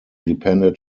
depended